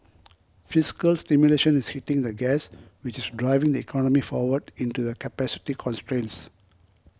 fiscal stimulation is hitting the gas which is driving the economy forward into the capacity constraints